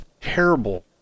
terrible